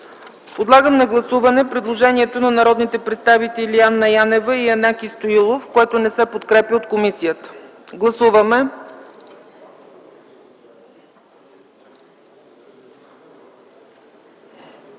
Подлагам на гласуване предложението на народните представители Анна Янева и Янаки Стоилов, което не се подкрепя от комисията. Гласували